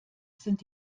sind